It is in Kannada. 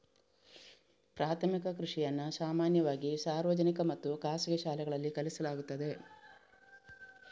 ಪ್ರಾಥಮಿಕ ಕೃಷಿಯನ್ನು ಸಾಮಾನ್ಯವಾಗಿ ಸಾರ್ವಜನಿಕ ಮತ್ತು ಖಾಸಗಿ ಶಾಲೆಗಳಲ್ಲಿ ಕಲಿಸಲಾಗುತ್ತದೆ